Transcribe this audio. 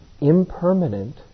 impermanent